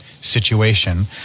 situation